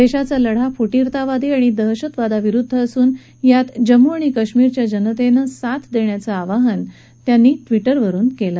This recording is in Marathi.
देशाचा लढा हा फुटीरतावादी आणि दहशतवादाच्याविरुद्ध असून यामध्ये जम्मू आणि काश्मीरच्या जनतेनं साथ देण्याचं आवाहन त्यांनी ट्विटरवरुन केलं